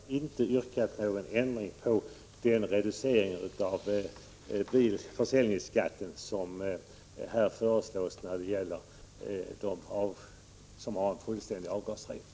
Herr talman! Jag vill bara säga att jag inte har yrkat på någon ändring beträffande den reducering av försäljningsskatten som här föreslås när det gäller bilar med fullgod avgasrening.